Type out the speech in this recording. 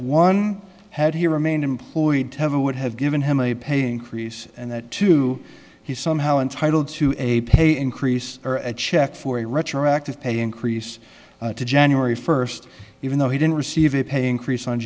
one had he remained employed to have a would have given him a pay increase and that two he's somehow entitled to a pay increase or a check for a retroactive pay increase to january first even though he didn't receive a pay increase on